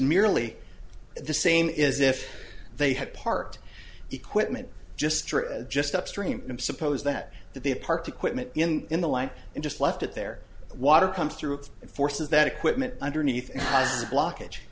nearly the same is if they had parked equipment just just upstream suppose that to be a part equipment in the line and just left it there water comes through its forces that equipment underneath the blockage